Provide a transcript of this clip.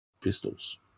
pistols